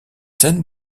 scènes